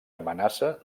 amenaça